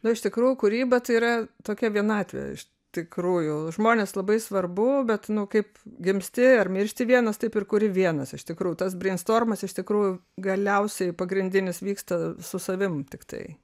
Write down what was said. na iš tikrų kurį bet yra tokia vienatvė iš tikrųjų žmonės labai svarbu bet nu kaip gimsti ar miršti vienas taip ir kuri vienas iš tikrų tas brein stormas iš tikrųjų galiausiai pagrindinis vyksta su savim tiktai